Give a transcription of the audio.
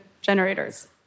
generators